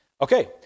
Okay